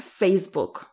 Facebook